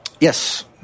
Yes